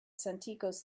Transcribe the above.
santikos